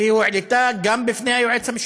והיא הועלתה גם בפני היועץ המשפטי.